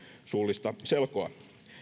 suullista selkoa